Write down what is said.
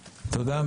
תודה.